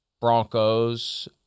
Broncos